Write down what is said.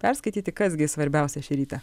perskaityti kas gi svarbiausia šį rytą